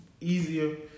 easier